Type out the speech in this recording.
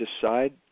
decide